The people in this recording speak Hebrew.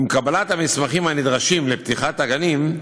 עם קבלת המסמכים הנדרשים לפתיחת הגנים,